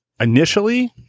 initially